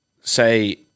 say